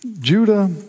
Judah